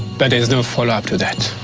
but there's no follow-up to that.